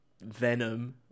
venom